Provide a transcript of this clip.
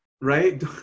right